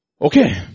Okay